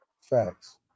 Facts